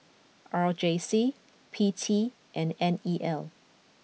R J C P T and N E L